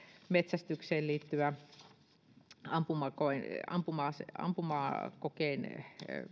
metsästykseen liittyvä ampumakokeen ampumakokeen